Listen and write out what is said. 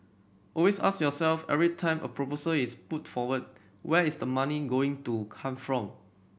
always ask yourself every time a proposal is put forward where is the money going to come from